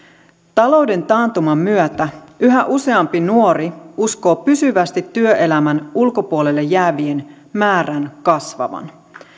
talouden taantuman myötä yhä useampi nuori uskoo pysyvästi työelämän ulkopuolelle jäävien määrän kasvavan